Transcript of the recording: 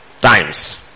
times